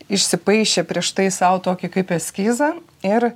išsipaišė prieš tai sau tokį kaip eskizą ir